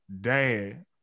dad